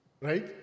right